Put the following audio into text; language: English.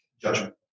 judgment